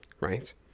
right